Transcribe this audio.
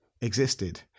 existed